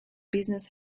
business